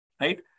right